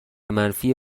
منفی